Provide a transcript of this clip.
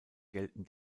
gelten